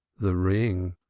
the ring.